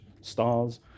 stars